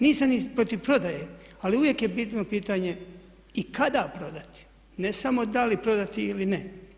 Nisam ni protiv prodaje, ali uvijek je bitno pitanje i kada prodati ne samo da li prodati ili ne.